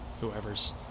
whoever's